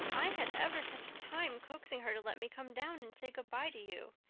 i had ever such a time coaxing her to let me come down and say good-bye to you.